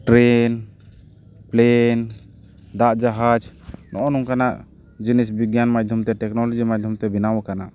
train plane ᱫᱟᱜ ᱡᱟᱦᱟᱡᱽ ᱱᱚᱜᱼᱚ ᱱᱚᱝᱠᱟᱱᱟᱜ ᱡᱤᱱᱤᱥ ᱵᱤᱜᱽᱜᱟᱱ ᱢᱟᱫᱽᱫᱷᱚᱢ ᱛᱮ ᱴᱮᱠᱱᱳᱞᱳᱡᱤ ᱢᱟᱫᱽᱫᱷᱚᱢ ᱛᱮ ᱵᱮᱱᱟᱣ ᱠᱟᱱᱟ